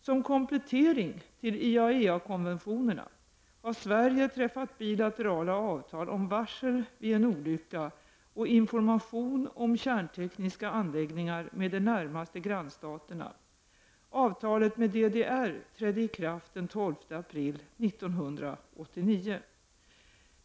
Som komplettering till TAEA-konventionerna har Sverige träffat bilaterala avtal om varsel vid en olycka och information om kärntekniska anläggningar med de närmaste grannstaterna. Avtalet med DDR trädde i kraft den 12 april 1989.